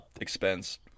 expense